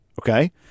Okay